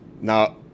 now